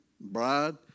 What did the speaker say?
bride